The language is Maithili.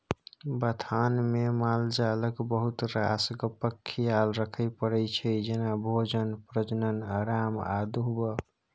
बथानमे मालजालक बहुत रास गप्पक खियाल राखय परै छै जेना भोजन, प्रजनन, आराम आ दुहब